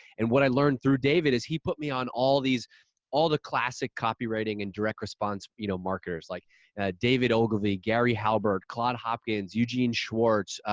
and what i learned through david is he put me on all these all classic copywriting and direct response you know marketers. like david ogilvy, gary halbert, claude hopkins eugene schwartz.